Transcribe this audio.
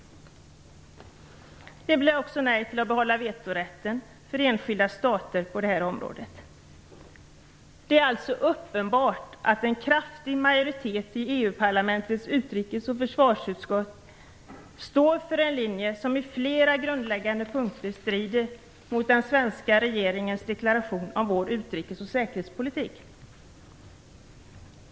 Det blev också nej till att behålla vetorätten för enskilda stater på det här området. Det är alltså uppenbart att en kraftig majoritet i EU-parlamentets utrikes och försvarsutskott står för en linje som på flera grundläggande punkter strider mot den svenska regeringens deklarationer om vår utrikes och säkerhetspolitik.